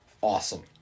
awesome